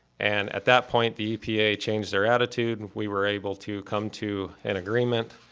and, at that point, the epa changed their attitude we were able to come to an agreement.